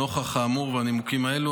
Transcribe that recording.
נוכח האמור והנימוקים האלו,